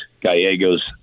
Gallegos